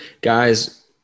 Guys